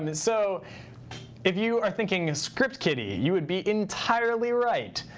and and so if you are thinking script kiddie, you would be entirely right.